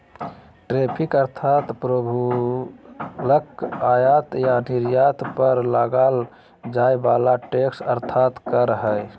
tariff अर्थात् प्रशुल्क आयात या निर्यात पर लगाल जाय वला टैक्स अर्थात् कर हइ